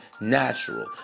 natural